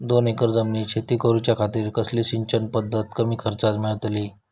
दोन एकर जमिनीत शेती करूच्या खातीर कसली सिंचन पध्दत कमी खर्चात मेलतली?